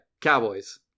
Cowboys